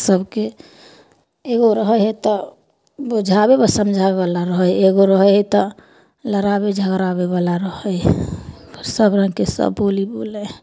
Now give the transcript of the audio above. सभके एगो रहै हइ तऽ बुझाबै बा समझाबैवला रहै हइ एगो रहै हइ तऽ लड़ाबै झगड़ाबैवला रहै हइ सबरङ्गके सब बोली बोलै हइ